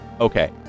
Okay